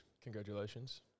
Congratulations